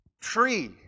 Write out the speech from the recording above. tree